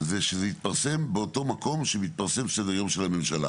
זה שזה יתפרסם באותו מקום שמתפרסם סדר היום של הממשלה,